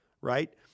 right